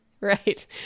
Right